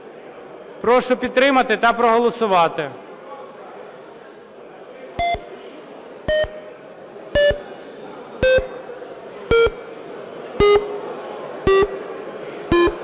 Прошу підтримати та проголосувати.